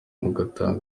mutanga